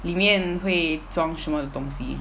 里面会装什么的东西